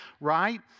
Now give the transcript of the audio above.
right